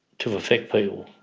to affect people,